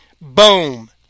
Boom